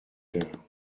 heures